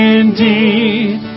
indeed